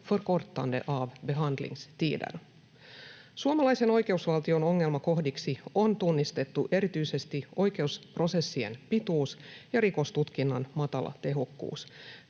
förkortande av behandlingstider. Suomalaisen oikeusvaltion ongelmakohdiksi on tunnistettu erityisesti oikeusprosessien pituus ja rikostutkinnan matala tehokkuus.